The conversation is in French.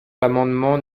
l’amendement